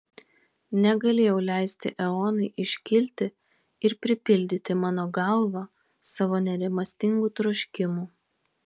negalėjau leisti eonai iškilti ir pripildyti mano galvą savo nerimastingų troškimų